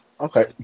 Okay